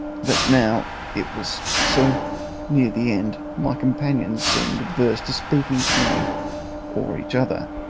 that now it was so near the end, my companions seemed averse to speaking to me or each other,